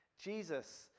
Jesus